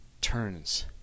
turns